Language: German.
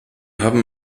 haben